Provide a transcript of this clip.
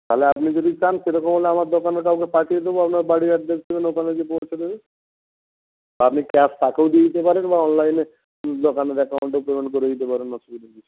তাহলে আপনি যদি চান সেরকম হলে আমার দোকানের কাউকে পাঠিয়ে দেবো আপনার বাড়ির অ্যাড্রেস দেবেন ওখানে গিয়ে পৌঁছে দেবে আপনি ক্যাশ তাকেও দিয়ে দিতে পারেন বা অনলাইনে দোকানের অ্যাকাউন্টে পেমেন্ট করে দিতে পারেন অসুবিধার কিছু নেই